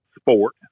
sport